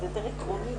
ננעלה